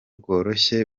bworoshye